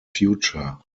future